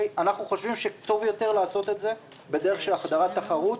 אנחנו חושבים שטוב יותר לעשות את זה בדרך של החדרת תחרות,